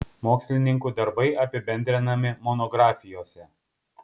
mokslininkų darbai apibendrinami monografijose